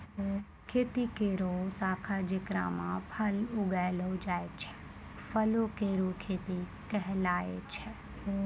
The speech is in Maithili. खेती केरो शाखा जेकरा म फल उगैलो जाय छै, फलो केरो खेती कहलाय छै